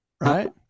Right